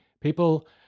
People